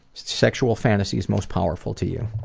sexual fantasies most powerful to you